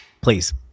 Please